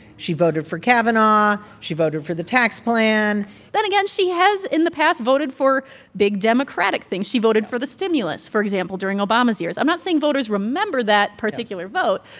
she voted for kavanaugh. she voted for the tax plan then again, she has, in the past, voted for big democratic things. she voted for the stimulus, for example, during obama's years. i'm not saying voters remember that particular vote.